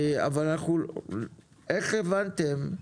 איך הבנתם,